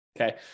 okay